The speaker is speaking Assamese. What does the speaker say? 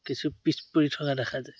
কিছু পিছ পৰি থকা দেখা যায়